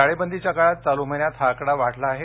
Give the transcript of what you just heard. टाळेबंदीच्या काळात चालू महिन्यात हा आकडा वाढला आहे